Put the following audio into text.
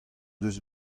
deus